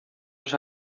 los